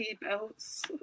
belts